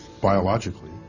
biologically